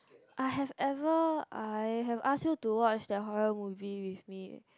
I have ever I have ask you to watch that horror movie with me